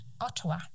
Ottawa